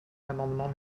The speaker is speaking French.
l’amendement